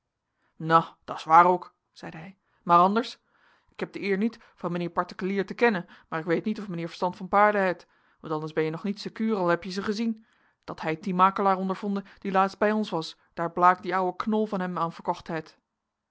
nou dat s waar ook zeide hij maar anders ik heb de eer niet van meneer parteklier te kennen en ik weet niet of meneer verstand van paarden heit want anders ben je nog niet sekuur al heb je ze gezien dat heit die makelaar ondervonden die laatst bij ons was daar blaek die ouwe knol van hem an verkocht heit